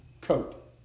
coat